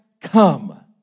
come